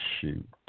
Shoot